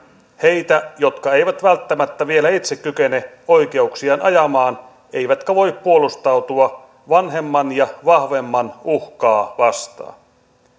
heitä jotka eivät välttämättä vielä itse kykene oikeuksiaan ajamaan eivätkä voi puolustautua vanhemman ja vahvemman uhkaa vastaan